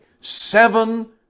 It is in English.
Seven